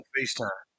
FaceTime